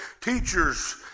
teachers